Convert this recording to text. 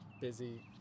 Busy